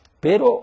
Pero